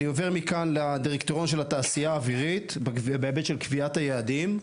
אני עובר מכאן לדירקטוריון של התעשייה האווירית בהיבט של קביעת יעדים.